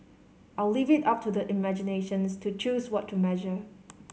I'll leave it up to their imaginations to choose what to measure